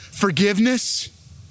Forgiveness